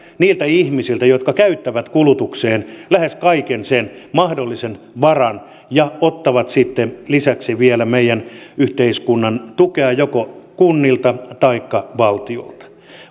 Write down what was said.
niiltä ihmisiltä jotka käyttävät kulutukseen lähes kaiken sen mahdollisen varan ja ottavat sitten lisäksi vielä meidän yhteiskunnan tukea joko kunnilta taikka valtiolta